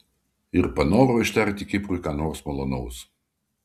ir panoro ištarti kiprui ką nors malonaus